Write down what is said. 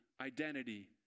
identity